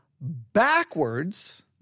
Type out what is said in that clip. backwards